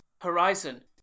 horizon